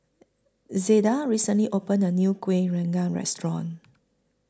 Zelda recently opened A New Kuih Rengas Restaurant